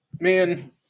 Man